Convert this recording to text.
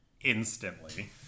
instantly